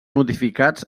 modificats